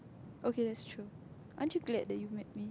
okay that's true aren't you glad that you met me